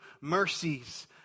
mercies